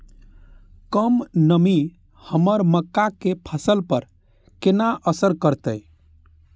कम नमी हमर मक्का के फसल पर केना असर करतय?